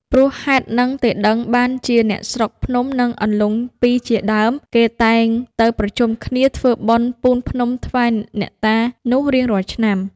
ព្រោះហេតុហ្នឹងទេដឹង បានជាអ្នកស្រុកភ្នំដីនិងអន្លង់ពីរជាដើម គេតែងទៅប្រជុំគ្នាធ្វើបុណ្យពូនភ្នំថ្វាយអ្នកតានោះរៀងរាល់ឆ្នាំ